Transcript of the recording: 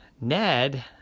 Ned